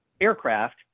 aircraft